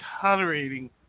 tolerating